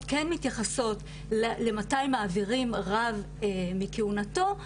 כן מתייחסות למתי מעבירים רב מכהונתו,